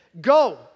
go